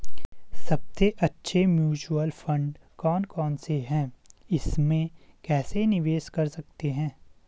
सबसे अच्छे mutual fund कौन कौनसे हैं इसमें कैसे निवेश कर सकते हैं?